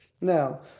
Now